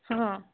ହଁ